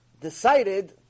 decided